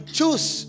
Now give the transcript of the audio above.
choose